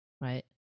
right